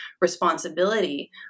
responsibility